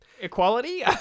Equality